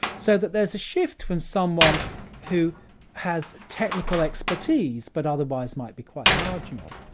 so that there's a shift from someone who has technical expertise, but otherwise might be quite marginal,